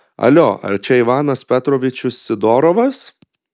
alio ar čia ivanas petrovičius sidorovas